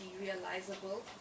realizable